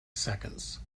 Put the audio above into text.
seconds